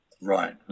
Right